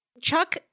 chuck